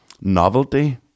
novelty